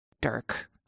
Dirk